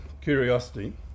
Curiosity